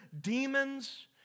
demons